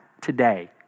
today